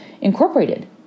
incorporated